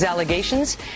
allegations